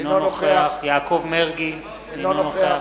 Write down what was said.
אינו נוכח יעקב מרגי, אינו נוכח